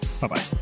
Bye-bye